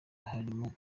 harimo